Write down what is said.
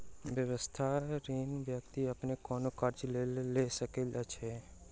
व्यक्तिगत ऋण व्यक्ति अपन कोनो काजक लेल लऽ सकैत अछि